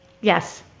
Yes